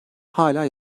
hala